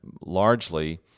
largely